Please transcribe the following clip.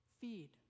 feed